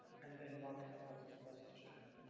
and then mark it ah as the positive strand.